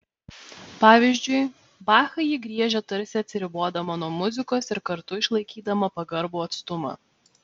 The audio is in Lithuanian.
pavyzdžiui bachą ji griežia tarsi atsiribodama nuo muzikos ir kartu išlaikydama pagarbų atstumą